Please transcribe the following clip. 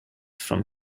from